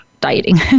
dieting